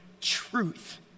truth